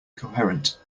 coherent